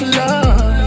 love